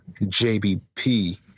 JBP